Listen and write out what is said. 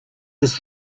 his